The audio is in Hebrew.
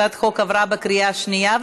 הצעת החוק עברה בקריאה השנייה.